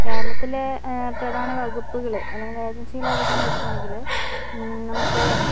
കേരളത്തിലെ പ്രധാന വകുപ്പുകള് അല്ലെങ്കിൽ ഏജൻസികള് ഏതൊക്കെയാനെന്ന് വെച്ചിട്ടുണ്ടെങ്കില് നമുക്ക്